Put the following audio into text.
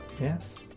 Yes